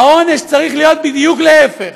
העונש צריך להיות בדיוק להפך: